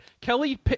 Kelly